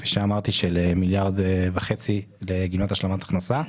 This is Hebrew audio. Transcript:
1.5 מיליארד לגמלת השלמת הכנסה,